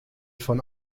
von